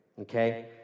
okay